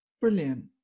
brilliant